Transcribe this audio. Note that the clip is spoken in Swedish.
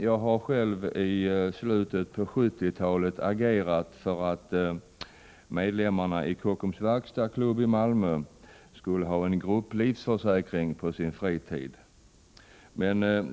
Jag har själv i slutet på 1970-talet agerat för att medlemmarna i Kockums verkstadsklubb i Malmö skulle ha en grupplivförsäkring på fritiden.